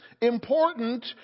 important